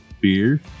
Beer